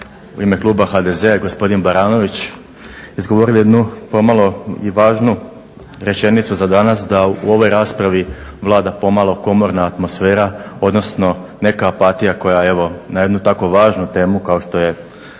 u ime Kluba HDZ-a i gospodin Baranović izgovorili jednu pomalo i važnu rečenicu za danas da u ovoj raspravi vlada pomalo komorna atmosfera, odnosno neka apatija evo na jednu tako važnu temu kao što je